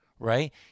Right